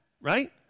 Right